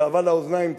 תאווה לאוזניים,